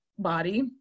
body